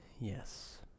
Yes